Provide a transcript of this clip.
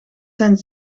zijn